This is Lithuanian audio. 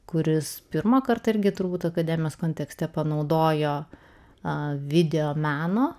kuris pirmą kartą irgi turbūt akademijos kontekste panaudojo videomeno